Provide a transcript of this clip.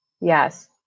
Yes